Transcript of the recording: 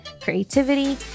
creativity